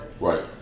Right